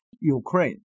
Ukraine